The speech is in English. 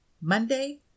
Monday